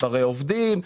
מספרי עובדים,